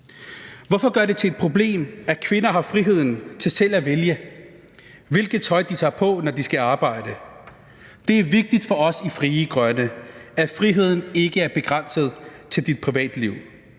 Hvorfor gøre det til et problem, at kvinder har friheden til selv at vælge, hvilket tøj de tager på, når de skal arbejde? Det er vigtigt for os i Frie Grønne, at friheden ikke er begrænset til dit privatliv.